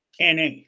na